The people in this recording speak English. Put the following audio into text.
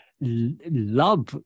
Love